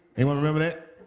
anyone remember that?